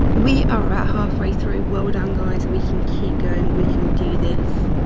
we are at half way through. well done, guys. we can keep going, we can do this.